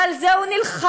ועל זה הוא נלחם,